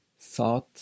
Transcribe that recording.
thought